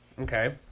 Okay